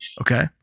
Okay